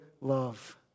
love